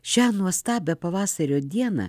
šią nuostabią pavasario dieną